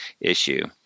issue